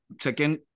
second